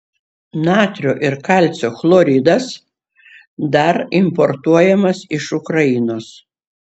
natrio ir kalcio chloridas dar importuojamas iš ukrainos